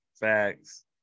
Facts